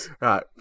right